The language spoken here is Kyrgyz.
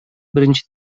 биринчи